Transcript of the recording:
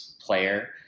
player